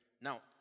Now